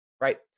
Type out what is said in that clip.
right